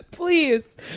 Please